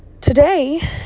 Today